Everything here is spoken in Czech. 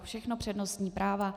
Všechno přednostní práva.